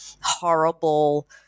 horrible